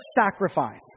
sacrifice